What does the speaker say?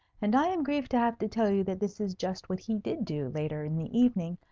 and i am grieved to have to tell you that this is just what he did do later in the evening,